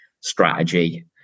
strategy